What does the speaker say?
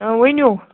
اۭں ؤنِو